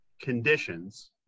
conditions